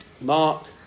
Mark